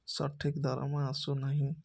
ସଠିକ୍ ଦରମା ଆସୁନାହିଁ